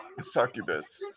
Succubus